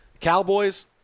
Cowboys